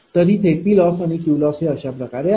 तर इथे PLossआणि QLoss अशाप्रकारे आहेत